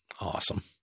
Awesome